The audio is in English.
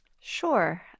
Sure